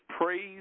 praise